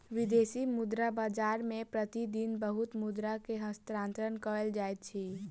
विदेशी मुद्रा बाजार मे प्रति दिन बहुत मुद्रा के हस्तांतरण कयल जाइत अछि